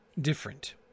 different